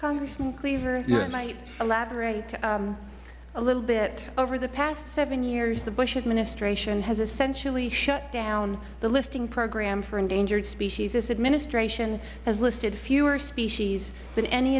congressman cleaver if i might elaborate a little bit over the past seven years the bush administration has essentially shutdown the listing program for endangered species this administration has listed fewer species than any